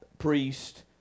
priest